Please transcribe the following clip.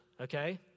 okay